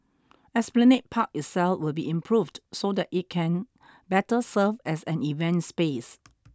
Esplanade Park itself will be improved so that it can better serve as an event space